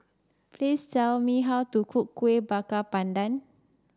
please tell me how to cook Kuih Bakar Pandan